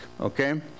okay